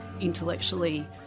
intellectually